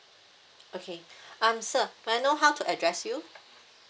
okay um sir may I know how to address you